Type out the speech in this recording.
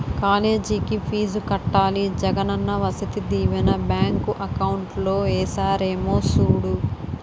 కాలేజికి ఫీజు కట్టాలి Jagananna Vasathi Deevena bank account లో ఏసారేమో సూడు